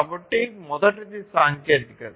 కాబట్టి మొదటిది సాంకేతికత